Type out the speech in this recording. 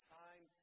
time